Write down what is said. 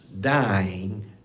dying